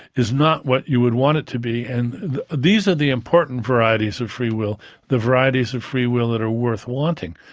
is not what you would want it to be, and these are the important varieties of free will the varieties of free will that are worth wanting.